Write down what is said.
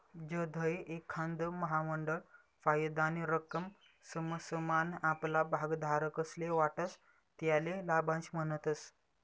जधय एखांद महामंडळ फायदानी रक्कम समसमान आपला भागधारकस्ले वाटस त्याले लाभांश म्हणतस